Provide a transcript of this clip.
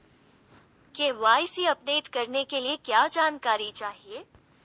KYC update करने के लिए क्या जानकारी चाहिए?